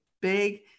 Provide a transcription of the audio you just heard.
big